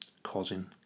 causing